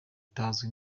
itazwi